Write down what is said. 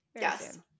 Yes